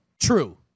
true